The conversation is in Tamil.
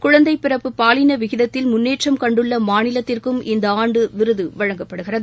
குழந்தை பிறப்பு பாலின விகிதத்தில் முன்னேற்றம் கண்டுள்ள மாநிலத்திற்கும் இந்த ஆண்டு விருது வழங்கப்படுகிறது